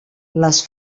les